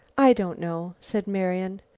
i don't know, said marian.